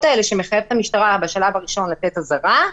שמחייב את המשטרה בשלב הראשון לתת אזהרה,